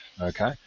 okay